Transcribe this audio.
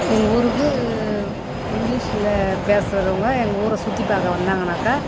எங்கள் ஊருக்கு இங்கிலீஷில் பேசுகிறவங்க எங்கள் ஊரை சுற்றி பார்க்க வந்தாங்கன்னாக்கா